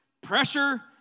pressure